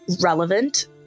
relevant